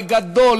בגדול,